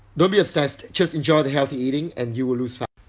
don't be obsessed. just enjoy the healthy eating and you will lose fat.